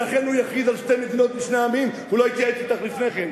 לכן הוא יכריז על שתי מדינות לשני עמים והוא לא יתייעץ אתך לפני כן,